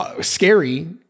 scary